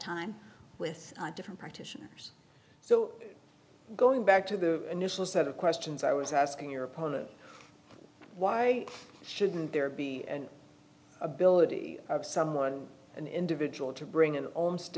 time with different partition years so going back to the initial set of questions i was asking your opponent why shouldn't there be an ability of someone an individual to bring i